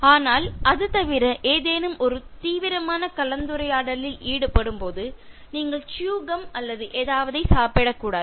ஆனால் அது தவிர எல்லோரும் ஏதேனும் தீவிரமான கலந்துரையாடலில் ஈடுபடும்போது நீங்கள் சியூ கம் அல்லது ஏதாவதை சாப்பிட கூடாது